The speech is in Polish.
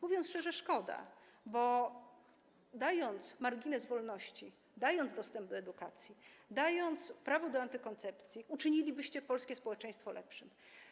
Mówiąc szczerze, szkoda, bo dając margines wolności, dając dostęp do edukacji, dając prawo do antykoncepcji, uczynilibyście polskie społeczeństwo lepszym.